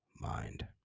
mind